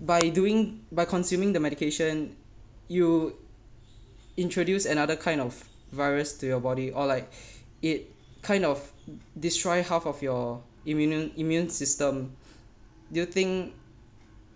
by doing by consuming the medication you introduced another kind of virus to your body or like it kind of destroy half of your immune immune system do you think